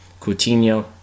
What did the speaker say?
Coutinho